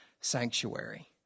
sanctuary